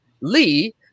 Lee